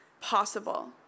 possible